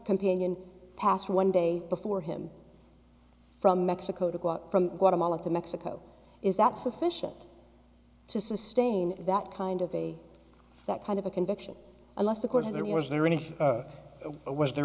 companion pass one day before him from mexico to go out from guatemala to mexico is that sufficient to sustain that kind of a that kind of a conviction unless of course there was never any was there